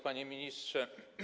Panie Ministrze!